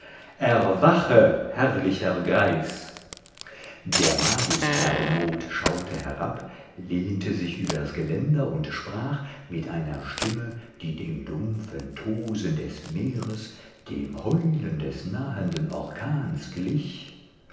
herrlicher greis der magus hermod schaute herab lehnte sich übers geländer und sprach mit einer stimme die dem dumpfen tosen des meeres dem heulen des nahenden orkans glich